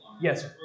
Yes